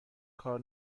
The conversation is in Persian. کار